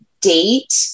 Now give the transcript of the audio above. date